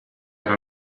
era